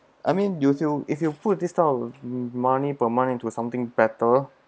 I mean you will if you put this type of money per month into a something better